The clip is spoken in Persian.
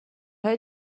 های